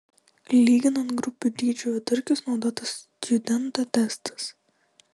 lyginant grupių dydžių vidurkius naudotas stjudento testas